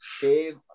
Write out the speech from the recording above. dave